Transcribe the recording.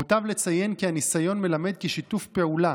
מוטב לציין כי הניסיון מלמד כי שיתוף פעולה